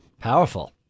Powerful